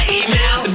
email